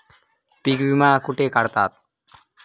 पीक विमा कुठे काढतात?